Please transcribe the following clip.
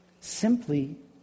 simply